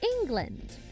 England